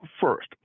first